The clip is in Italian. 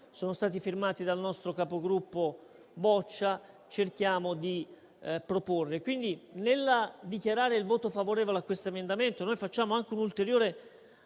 sono stati firmati dal nostro capogruppo Boccia. Quindi, nel dichiarare il voto favorevole a questo emendamento, noi facciamo anche un ulteriore